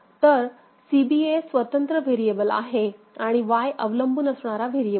तर C B A स्वतंत्र variable आहे आणि Y अवलंबून असणारा व्हेरिएबल आहे